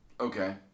Okay